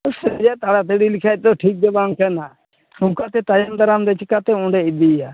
ᱥᱟᱹᱨᱤᱭᱟᱜ ᱛᱟᱲᱟᱛᱟᱹᱲᱤ ᱞᱮᱠᱷᱟᱱ ᱫᱚ ᱴᱷᱤᱠ ᱫᱚ ᱵᱟᱝ ᱠᱟᱱᱟ ᱱᱚᱝᱠᱟ ᱛᱮ ᱛᱟᱭᱚᱢ ᱫᱟᱨᱟᱢ ᱨᱮ ᱪᱮᱠᱟᱹ ᱛᱮ ᱚᱸᱰᱮ ᱤᱫᱤᱭᱟᱹ